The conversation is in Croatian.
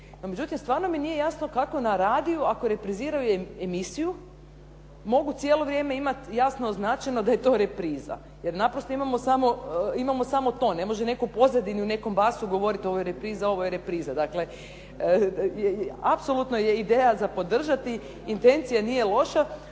međutim, stvarno mi nije jasno kako na radiju ako repriziraju emisiju mogu cijelo vrijeme imati jasno označeno da je to repriza, jer naprosto imamo samo ton. Ne može netko u pozadini u nekom basu govoriti ovo je repriza, ovo je repriza. Dakle, apsolutno je ideja za podržati, intencija nije loša.